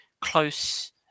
close